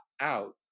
out